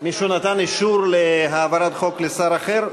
מישהו נתן אישור להעברת חוק לשר אחר?